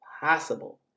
possible